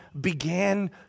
began